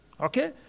Okay